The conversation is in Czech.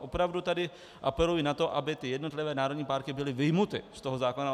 Opravdu apeluji na to, aby ty jednotlivé národní parky byly vyjmuty z toho zákona.